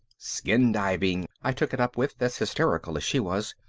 skindiving, i took it up with, as hysterical as she was.